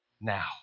now